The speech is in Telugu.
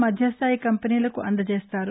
మధ్యస్థాయి కంపెనీలకు అందజేస్తారు